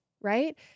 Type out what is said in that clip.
right